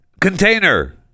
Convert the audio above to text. container